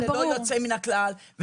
ללא יוצא מן הכלל.